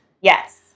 Yes